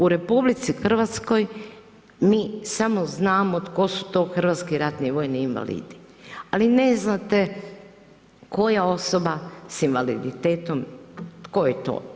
U RH mi samo znamo tko su to hrvatski ratni vojni invalidi, ali ne znate koja osoba s invaliditetom tko je to?